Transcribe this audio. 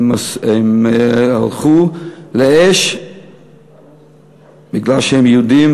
הם הלכו לאש בגלל שהם יהודים,